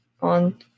on